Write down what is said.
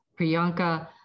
Priyanka